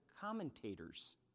commentators